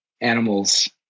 animals